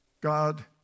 God